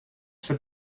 för